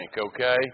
Okay